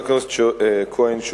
אדוני.